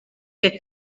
que